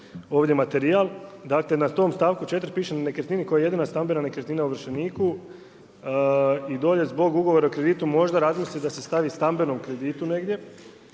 ovdje materijal. Dakle na tom stavku 4. piše na nekretnini koja je jedina stambena nekretnina ovršeniku i dolje zbog ugovora o kreditu možda razmisliti da se stavi stambenom kreditu negdje